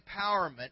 empowerment